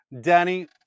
Danny